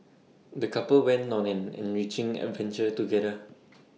the couple went on an enriching adventure together